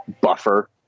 buffer